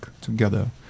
together